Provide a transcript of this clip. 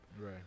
Right